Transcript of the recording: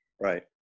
Right